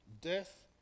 death